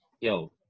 Yo